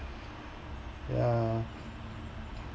ya